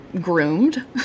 groomed